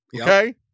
Okay